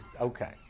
okay